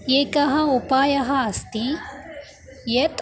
एकः उपायः अस्ति यत्